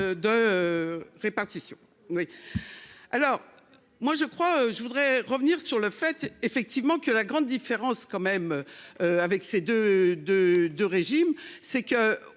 de. Répartition oui. Alors. Moi je crois je voudrais revenir sur le fait effectivement que la grande différence quand même. Avec ses deux de de régime c'est que